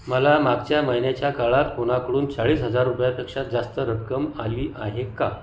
मला मागच्या महिन्याच्या काळात कोणाकडून चाळीस हजार रुपयांपेक्षा जास्त रक्कम आली आहे का